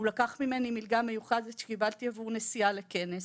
הוא לקח ממני מלגה מיוחדת שקיבלתי עבור נסיעה לכנס,